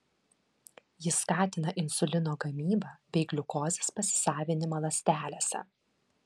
jis skatina insulino gamybą bei gliukozės pasisavinimą ląstelėse